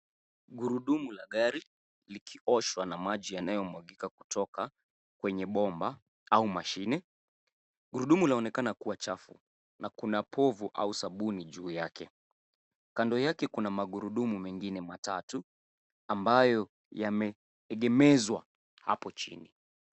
Gurudumu la gari likioshwa na maji yanayomwagika kutoka kwenye bomba au mashine. Gurudumu linaonekana kuwa chafu na kuna povu au sabuni juu yake. Kando yake kuna magurudumu mengine matatu ambayo yameegemezwa hapo chini.